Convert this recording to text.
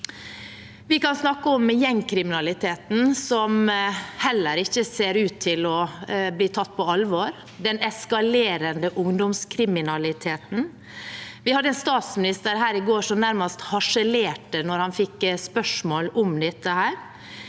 Vi kan snakke om gjengkriminaliteten – som heller ikke ser ut til å bli tatt på alvor – og den eskalerende ungdomskriminaliteten. Vi hadde statsministeren her i går, som nærmest harselerte da han fikk spørsmål om dette.